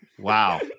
Wow